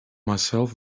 myself